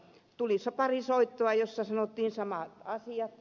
tuli pari soittoa joissa sanottiin samat asiat